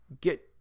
get